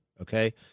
okay